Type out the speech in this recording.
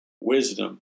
wisdom